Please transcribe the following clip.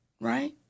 right